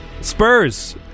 Spurs